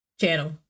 channel